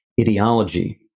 ideology